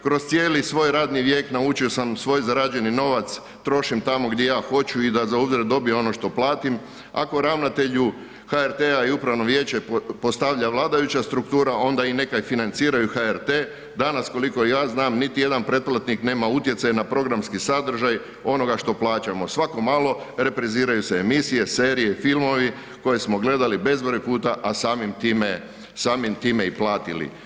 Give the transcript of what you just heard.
Kroz cijeli svoj radni vijek naučio sam svoj zarađeni novac trošim tamo gdje ja hoću i da zauzvrat dobijem ono što platim, ako ravnatelju HRT i upravno vijeće postavlja vladajuća struktura i onda neka i financiraju HRT, danas koliko ja znam niti jedan pretplatnik nema utjecaj na programski sadržaj onoga što plaćamo, svako malo repriziraju se emisije, serije, filmovi koje smo gledali bezbroj puta, a samim time, samim time i platiti.